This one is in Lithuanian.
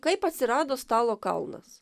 kaip atsirado stalo kalnas